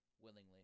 willingly